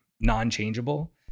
non-changeable